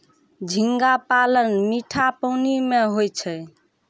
झींगा पालन मीठा पानी मे होय छै